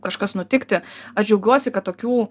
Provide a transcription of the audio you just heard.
kažkas nutikti aš džiaugiuosi kad tokių